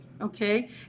okay